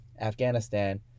Afghanistan